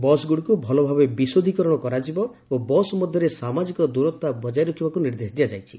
ବସ୍ଗୁଡ଼ିକୁ ଭଲଭାବେ ବିଶୋଧିକରଣ କରାଯିବ ଓ ବସ୍ ମଧ୍ୟରେ ସାମାଜିକ ଦୂରତା ବକ୍ତାୟ ରଖିବାକୁ ନିର୍ଦ୍ଦେଶ ଦିଆଯାଇଛି